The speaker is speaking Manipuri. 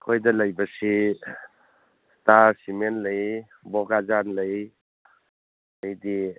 ꯑꯩꯈꯣꯏꯗ ꯂꯩꯕꯁꯤ ꯏꯁꯇꯥꯔ ꯁꯤꯃꯦꯟ ꯂꯩ ꯕꯣꯒꯥꯖꯥꯟ ꯂꯩ ꯑꯗꯩꯗꯤ